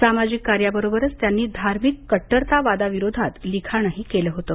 सामाजिक कार्याबरोबरच त्यांनी धार्मिक कट्टरतावादाविरोधात लिखाणही केलं होतं